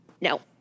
no